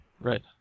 Right